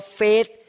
faith